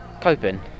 Coping